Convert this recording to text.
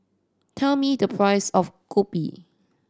tell me the price of kopi